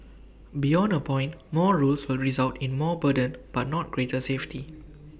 beyond A point more rules will result in more burden but not greater safety